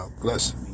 bless